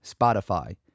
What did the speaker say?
Spotify